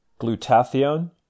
glutathione